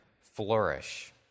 flourish